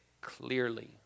clearly